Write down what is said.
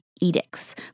edicts